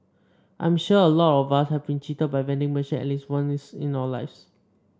I'm sure a lot of us have been cheated by vending machine at least once in our lives